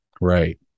Right